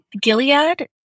Gilead